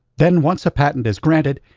then once a patent is granted,